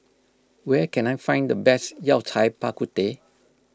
where can I find the best Yao Cai Bak Kut Teh